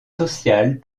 sociales